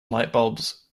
lightbulbs